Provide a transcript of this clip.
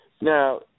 Now